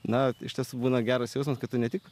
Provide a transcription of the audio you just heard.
na iš tiesų būna geras jausmas kad tu ne tik